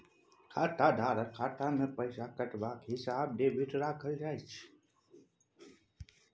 खाताधारकक खाता सँ पैसा कटबाक हिसाब डेबिटमे राखल जाइत छै